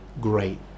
great